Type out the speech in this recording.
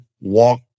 walk